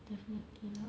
strategy